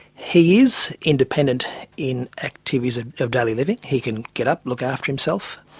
he is independent in activities ah of daily living, he can get up, look after himself.